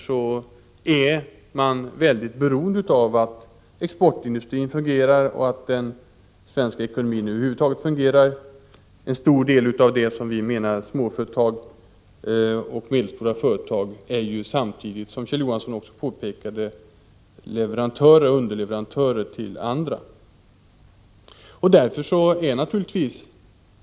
Vi är också mycket beroende av att exportindustrin och över huvud taget den svenska ekonomin fungerar. En stor del av det som vi anser vara små och medelstora företag är ju, som Kjell Johansson påpekade, underleverantörer till andra företag.